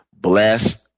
Bless